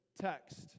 text